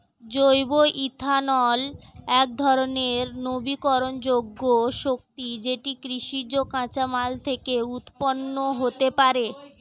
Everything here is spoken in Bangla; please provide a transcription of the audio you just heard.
জৈব ইথানল একধরণের নবীকরণযোগ্য শক্তি যেটি কৃষিজ কাঁচামাল থেকে উৎপন্ন হতে পারে